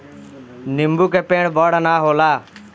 नीबू के पेड़ बड़ ना होला